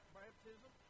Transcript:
baptism